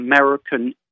American